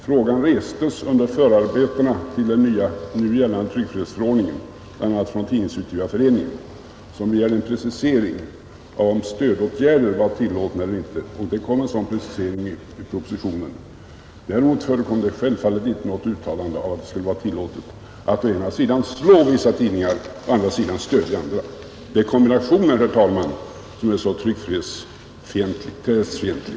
Frågan restes under förarbetena till den nu gällande tryckfrihetsförordningen bl.a. från Tidningsutgivareföreningen, som begärde en precisering om stödåtgärder var tillåtna eller inte. En sådan precisering kom nu i propositionen. Däremot förekom självfallet inte något uttalande om att det skulle vara tillåtet att å ena sidan slå vissa tidningar och å andra sidan stödja andra. Det är kombinationen, herr talman, som är så pressfientlig.